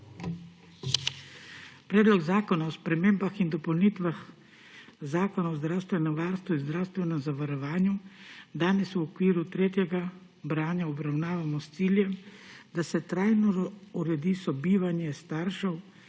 Predlog zakona o spremembah in dopolnitvah Zakona o zdravstvenem varstvu in zdravstvenem zavarovanju danes v okviru tretjega branja obravnavamo s ciljem, da se trajno uredi sobivanje staršev